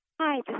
Hi